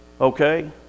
Okay